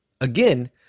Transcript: Again